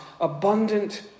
Abundant